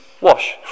wash